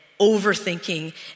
overthinking